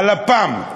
הלפ"מ.